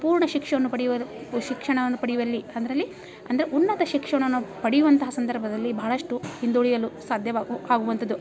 ಪೂರ್ಣ ಶಿಕ್ಷಣವನ್ನು ಪಡೆಯುವ ಶಿಕ್ಷಣವನ್ನು ಪಡೆಯುವಲ್ಲಿ ಅದರಲ್ಲಿ ಅಂದರೆ ಉನ್ನತ ಶಿಕ್ಷಣವನ್ನು ಪಡೆಯುವಂತಹ ಸಂದರ್ಭದಲ್ಲಿ ಭಾಳಷ್ಟು ಹಿಂದುಳಿಯಲು ಸಾಧ್ಯವಾಗೋ ಆಗುವಂಥದ್ದು